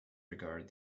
regard